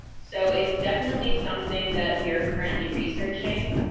so it's definitely something that we are currently researching,